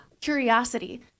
curiosity